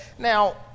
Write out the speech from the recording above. Now